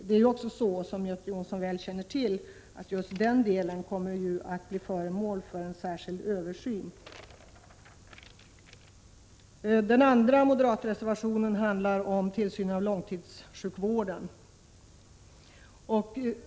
Det är dock så, som Göte Jonsson mycket väl känner till, att denna verksamhet kommer att bli föremål för en särskild översyn. En annan moderat reservation handlar om tillsynen över långtidssjukvården.